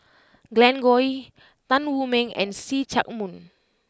Glen Goei Tan Wu Meng and See Chak Mun